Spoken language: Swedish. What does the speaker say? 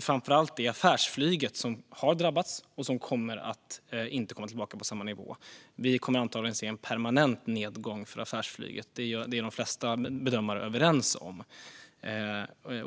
Framför allt är det affärsflyget som har drabbats och som inte kommer att komma tillbaka till samma nivå som tidigare. Vi kommer antagligen att se en permanent nedgång för affärsflyget - det är de flesta bedömare överens om.